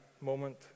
moment